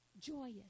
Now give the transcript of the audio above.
Joyous